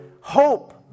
Hope